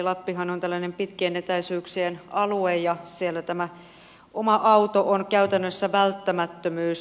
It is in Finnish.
lappihan on tällainen pitkien etäisyyksien alue ja siellä oma auto on käytännössä välttämättömyys